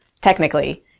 technically